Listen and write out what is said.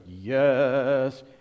yes